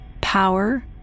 Power